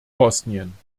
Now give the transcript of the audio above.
bosnien